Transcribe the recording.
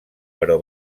però